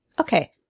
Okay